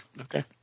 Okay